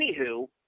anywho